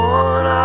one